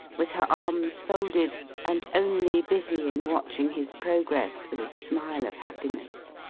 with her arms folded and only busy in watching his progress with a smile of happiness.